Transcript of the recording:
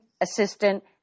assistant